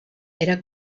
era